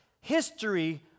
History